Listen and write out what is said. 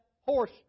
horse